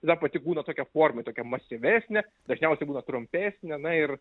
ta pati būna tokia forma tokia masyvesnė dažniausiai būna trumpesnė na ir